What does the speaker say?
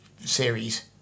series